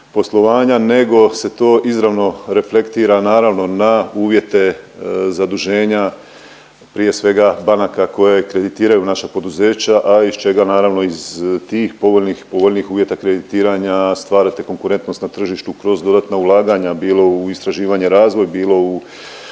nego se to izravno reflektira naravno na uvjete zaduženja prije svega banaka koje kreditiraju naša poduzeća, a iz čega naravno iz tih povoljnih, povoljnijih uvjeta kreditiranja stvarate konkurentnost za tržištu kroz dodatna ulaganja, bilo u istraživanje, razvoj, bilo u